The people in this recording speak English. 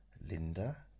Linda